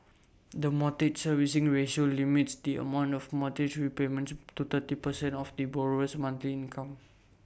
the mortgage servicing ratio limits the amount of mortgage repayments to thirty percent of the borrower's monthly income